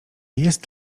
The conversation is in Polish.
jest